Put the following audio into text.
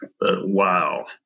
Wow